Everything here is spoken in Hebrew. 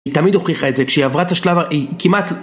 היא תמיד הוכיחה את זה, כשהיא עברה את השלב ה... היא כמעט...